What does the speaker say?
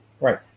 Right